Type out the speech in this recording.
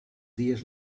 dies